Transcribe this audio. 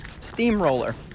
Steamroller